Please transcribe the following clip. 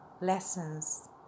lessons